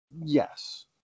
Yes